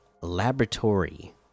laboratory